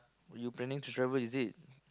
you planning to travel is it